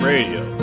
Radio